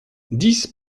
dix